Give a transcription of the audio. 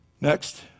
Next